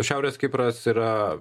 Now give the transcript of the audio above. šiaurės kipras yra